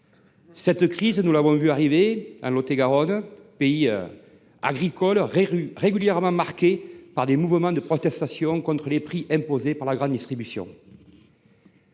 Cette crise, nous l’avons vue arriver en Lot et Garonne, pays agricole régulièrement marqué par des mouvements de protestation contre les prix imposés par la grande distribution.